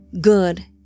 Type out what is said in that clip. Good